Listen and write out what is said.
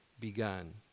begun